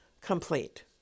complete